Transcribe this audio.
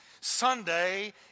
Sunday